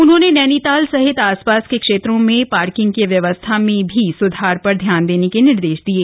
उन्होंने नैनीताल सहित आस पास के क्षेत्रों में पार्किंग की व्यवस्था में भी सुधार पर ध्यान देने के निर्देश दिये